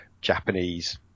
japanese